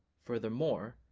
furthermore,